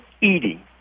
eating